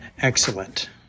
excellent